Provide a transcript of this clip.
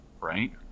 right